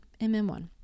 MM1